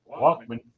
Walkman